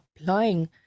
applying